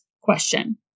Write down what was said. question